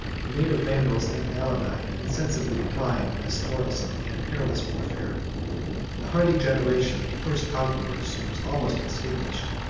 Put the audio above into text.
the native vandals and alani insensibly declined this toilsome and perilous warfare the hardy generation of the first conquerors was almost extinguished,